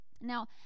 Now